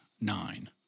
nine